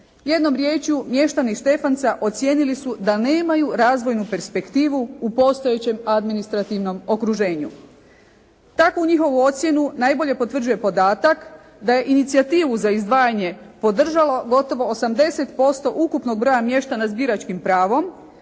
Jednom rječju, mještani Štefanca ocijenili su da nemaju razvojnu perspektivu u postojećem administrativnom okruženju. Tako njihovu ocjenu najbolje potvrđuje podatak da je inicijativu za izdvajanje podržalo gotovo 80% ukupnog broja mještana s biračkim pravom